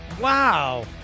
Wow